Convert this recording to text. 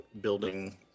building